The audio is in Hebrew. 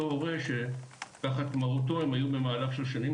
הורה שתחת מרותו הם היו במהלך השנים,